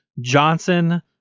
Johnson